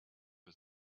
was